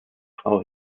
frau